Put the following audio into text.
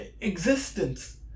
existence